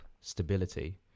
stability